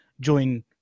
join